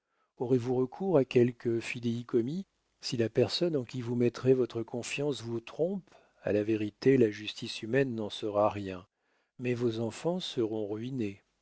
aurez-vous recours à quelque fidéicommis si la personne en qui vous mettrez votre confiance vous trompe à la vérité la justice humaine n'en saura rien mais vos enfants seront ruinés